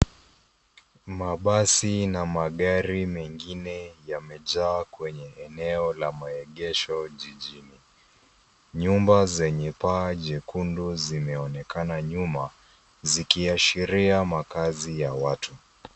Mabasi na magari mengine yamejaa kwenye eneo la maegesho jijini. Nyumba zenye paa jekundu zimeonekana nyuma, zikiashiria makaazi ya watu.